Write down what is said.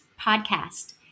podcast